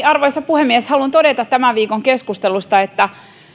arvoisa puhemies haluan todeta tämän viikon keskustelusta että